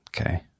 okay